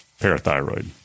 parathyroid